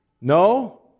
No